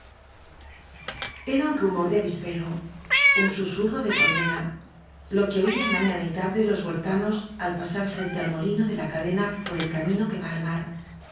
era un rumor de avispero un susurro de colmena lo que oían mañana y tarde los huertanas al pasar frente al í u í h í molino de la cadena por el camino que va al mar